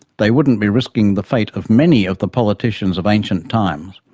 they wouldn't be risking the fate of many of the politicians of ancient times,